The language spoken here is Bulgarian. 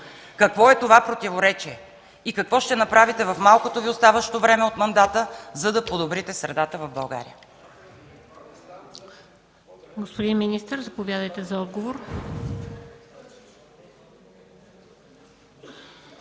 Какво е това противоречие? И какво ще направите в малкото Ви оставащо време от мандата, за да подобрите средата в България?